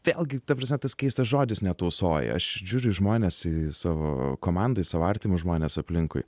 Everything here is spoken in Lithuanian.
vėlgi ta prasme tas keistas žodis netausoji aš žiūriu į žmones į savo komandą į savo artimus žmones aplinkui